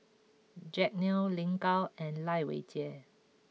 Jack Neo Lin Gao and Lai Weijie